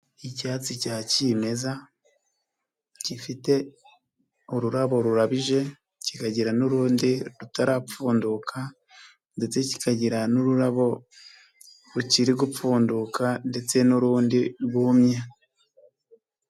Icyatsi cya kimeza gifite ururabo rurabije, kikagira n'urundi rutarapfunduka ndetse kikagira n'ururabo rukiri gupfunduka, ndetse n'urundi rwumye.